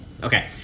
Okay